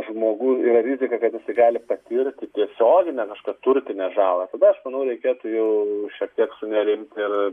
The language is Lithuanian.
žmogui yra rizika kad visi gali patirti tiesioginę kažkokią turtinę žalą tada aš manau reikėtų jau šiek tiek sunerimt ir